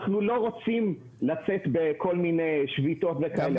אנחנו לא רוצים לצאת בכל מיני שביתות וכאלה.